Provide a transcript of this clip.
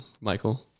Michael